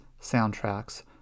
soundtracks